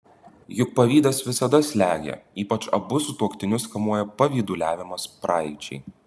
juk pavydas visada slegia ypač abu sutuoktinius kamuoja pavyduliavimas praeičiai